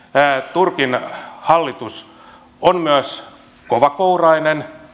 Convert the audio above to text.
turkin hallitus on myös kovakourainen